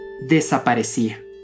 desaparecía